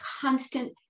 constant